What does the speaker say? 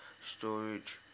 storage